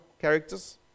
characters